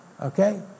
okay